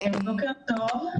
בוקר טוב.